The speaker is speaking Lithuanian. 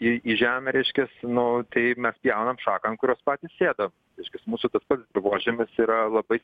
į į žemę reiškias nu tai mes pjaunam šaką ant kurios patys sėdam reiškias mūsų tas pats požymis yra labai